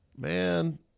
Man—